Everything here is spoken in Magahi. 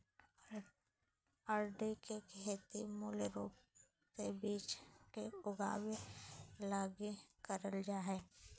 अरंडी के खेती मूल रूप से बिज के उगाबे लगी करल जा हइ